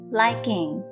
liking 。